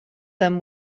them